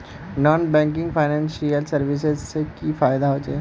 Non banking financial services से की फायदा होचे?